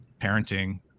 parenting